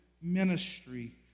ministry